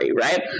right